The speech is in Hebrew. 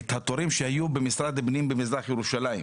את התורים שהיו במשרד הפנים במזרח ירושלים.